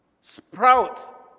sprout